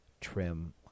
trim